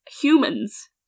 humans